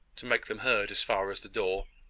to make them heard as far as the door.